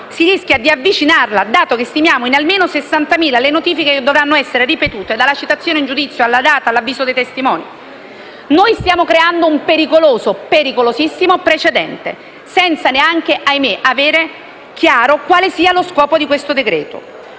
si rischia di avvicinarla, dato che si stimano in almeno 60.000 le notifiche che dovranno essere ripetute, dalla citazione in giudizio, alla data, all'avviso dei testimoni. Stiamo creando un pericolosissimo precedente, senza neanche - ahimè - avere chiaro quale sia lo scopo del decreto-legge.